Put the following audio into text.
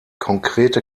konkrete